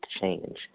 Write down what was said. change